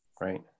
right